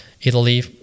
Italy